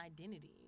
identity